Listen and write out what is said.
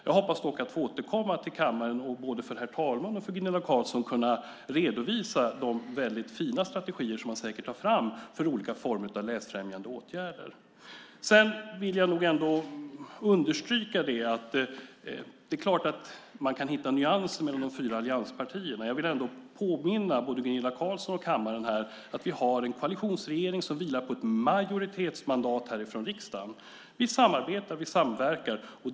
Jag hoppas att få återkomma till kammaren och för både herr talman och Gunilla Carlsson kunna redovisa de fina strategier som man säkert tar fram för olika former av läsfrämjande åtgärder. Jag vill understryka att det är klart att man kan hitta nyanser mellan de fyra allianspartierna, men jag vill påminna Gunilla Carlsson och kammaren om att vi har en koalitionsregering som vilar på ett majoritetsmandat från riksdagen. Vi samarbetar och samverkar.